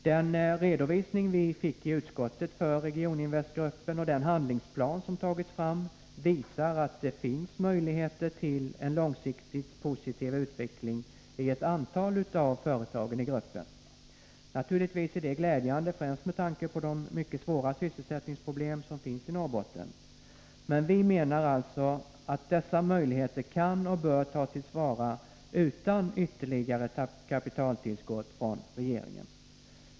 Den redovisning vi fick i utskottet för Regioninvestgruppen och den handlingsplan som tagits fram visar att det finns möjligheter till en långsiktigt positiv utveckling i ett antal av företagen i gruppen. Naturligtvis är detta glädjande, främst med tanke på de mycket svåra sysselsättningsproblem som finns i Norrbotten. Vi menar alltså att dessa möjligheter kan och bör tas till vara utan ytterligare kapitaltillskott från regeringen.